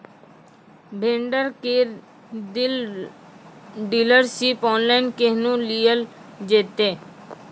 Vendor केर dealership online केहनो लियल जेतै?